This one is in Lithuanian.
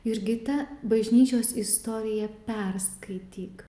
jurgita bažnyčios istoriją perskaityk